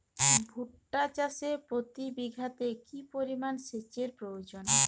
ভুট্টা চাষে প্রতি বিঘাতে কি পরিমান সেচের প্রয়োজন?